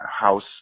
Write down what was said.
House